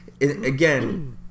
Again